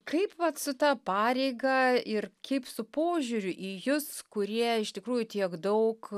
kaip vat su ta pareiga ir kaip su požiūriu į jus kurie iš tikrųjų tiek daug